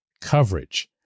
coverage